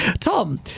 Tom